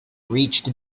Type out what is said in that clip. reached